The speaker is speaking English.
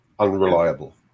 unreliable